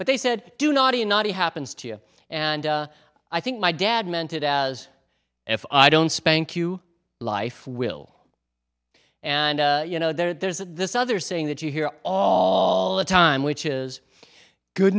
but they said do not you not he happens to you and i think my dad meant it as if i don't spank you life will and you know there's this other saying that you hear all the time which is good